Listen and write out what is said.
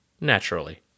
Naturally